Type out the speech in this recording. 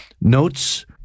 Notes